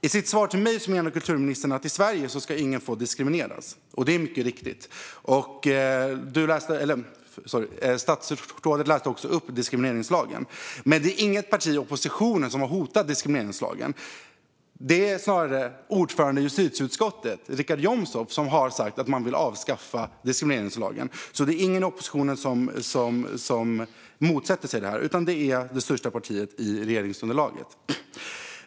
I sitt svar till mig menar kulturministern att ingen ska få diskrimineras i Sverige - det är mycket riktigt. Statsrådet nämnde också diskrimineringslagen. Men det är inget parti i oppositionen som har hotat diskrimineringslagen. Det är snarare ordföranden i justitieutskottet, Richard Jomshof, som har sagt att man vill avskaffa diskrimineringslagen. Det är alltså ingen i oppositionen som motsätter sig den, utan det är det största partiet i regeringsunderlaget.